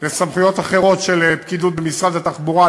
לסמכויות אחרות של פקידות במשרד התחבורה.